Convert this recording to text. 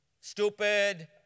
stupid